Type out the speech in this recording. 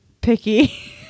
picky